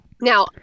now